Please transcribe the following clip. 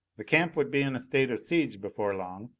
the camp would be in a state of siege before long.